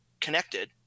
connected